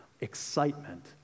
excitement